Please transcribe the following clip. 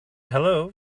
hello